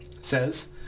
says